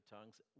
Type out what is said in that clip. tongues